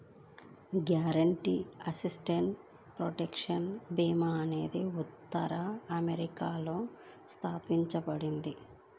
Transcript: guaranteed asset protection భీమా అనేది ఉత్తర అమెరికాలో స్థాపించబడింది